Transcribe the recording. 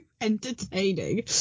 entertaining